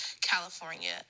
California